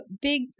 big